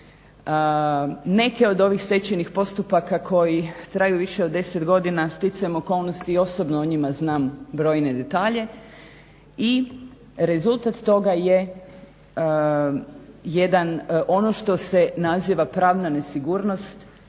Neke od ovih stečajnih postupaka koji traju više od deset godina stjecajem okolnosti i osobno o njima znam brojne detalje i rezultat toga je jedan ono što se naziva pravna nesigurnost